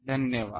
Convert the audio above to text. धन्यवाद